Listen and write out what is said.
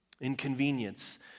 Inconvenience